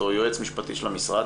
או היועץ המשפטי של המשרד,